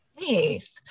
Nice